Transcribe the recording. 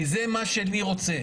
כי זה מה שאני רוצה,